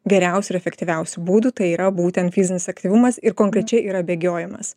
geriausių ir efektyviausių būdų tai yra būtent fizinis aktyvumas ir konkrečiai yra bėgiojimas